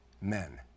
men